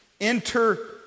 enter